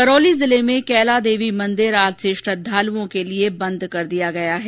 करौली जिले में कैला देवी मंदिर आज से श्रद्दालुओं के लिए बंद कर दिया गया है